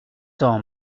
temps